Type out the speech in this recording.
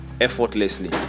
effortlessly